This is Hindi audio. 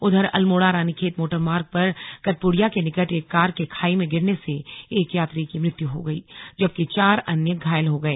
उधर अल्मोड़ा रानीखेत मोटरमार्ग पर कटपुड़िया के निकट एक कार के खाई में गिरने से एक यात्री की मृत्यु हो गई जबकि चार अन्य घायल हो गए